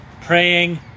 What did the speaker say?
praying